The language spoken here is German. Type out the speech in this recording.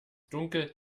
dunkel